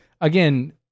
again